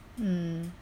mm